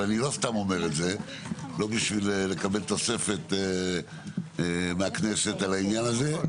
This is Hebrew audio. ואני לא סתם אומר את זה בשביל לקבל תוספת מהכנסת על העניין הזה.